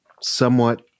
somewhat